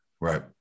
right